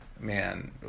man